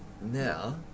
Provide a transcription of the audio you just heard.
Now